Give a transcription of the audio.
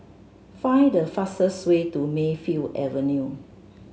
find the fastest way to Mayfield Avenue